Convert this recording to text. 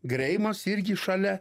greimas irgi šalia